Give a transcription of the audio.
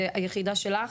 והיחידה שלך?